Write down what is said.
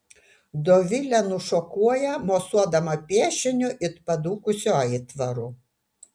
dovilė nušokuoja mosuodama piešiniu it padūkusiu aitvaru